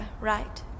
right